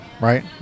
right